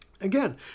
Again